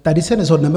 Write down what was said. Tady se neshodneme.